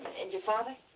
and you father?